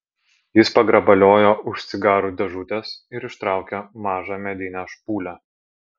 jis pagrabaliojo už cigarų dėžutės ir ištraukė mažą medinę špūlę